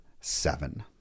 seven